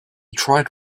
tried